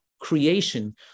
creation